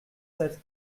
sept